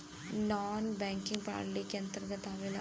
नानॅ banking प्रणाली के अंतर्गत आवेला